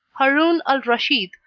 haroun al raschid,